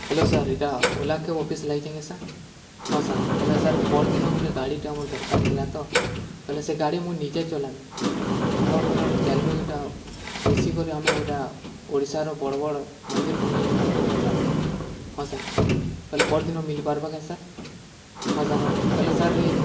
hello sir ଏଇଟା Ola cab office ଲାଗିଛେ କେ ସାର୍ ହଁ ସାର୍ ପଲେ ସାର୍ ପର୍ଦିନ ଗୋଟେ ଗାଡ଼ିଟା ଆମର୍ ଦରକାର୍ ଥିଲା ତ ହେଲେ ସେ ଗାଡ଼ି ମୁଁ ନିଜେ ଚଲାମି ଆମର୍ ଘରର ଚାର୍ ଲୋକ୍ ଏଇଟା ମିଶିକରି ଆମେ ଏଇଟା ଓଡ଼ିଶାର ବଡ଼୍ ବଡ଼୍ ମନ୍ଦିର୍ ବୁଲି ଯବାର୍ ଅଛେ ତ ସାର୍ ହଁ ସାର୍ ପଲେ ପରଦିନ ମିଲି ପାର୍ବାକେ ସାର୍ ହଁ ସାର୍ ହଁ ପଲେ ସାର୍ ଇ